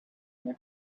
may